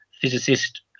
physicist